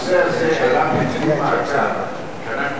הנושא הזה עלה בדיון מעקב שאנחנו